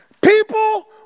People